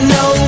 no